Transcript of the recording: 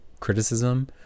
criticism